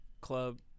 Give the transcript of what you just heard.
club